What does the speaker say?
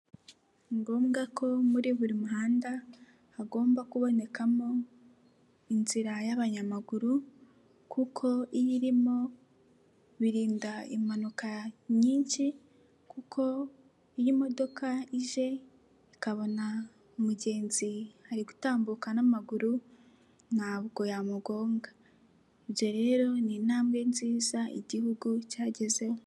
Ni ngombwa ko muri buri muhanda hagomba kubonekamo inzira y'abanyamaguru kuko iyo irimo birinda impanuka nyinshi kuko iyo imodoka ije ikabona umugenzi ari gutambuka n'amaguru ntabwo yamugonga. Ibyo rero ni intambwe nziza Igihugu cyagezeho.